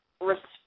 respect